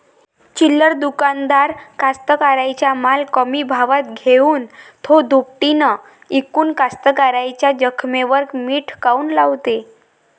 चिल्लर दुकानदार कास्तकाराइच्या माल कमी भावात घेऊन थो दुपटीनं इकून कास्तकाराइच्या जखमेवर मीठ काऊन लावते?